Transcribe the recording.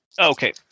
Okay